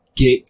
Get